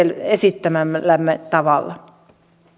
esittämällämme tavalla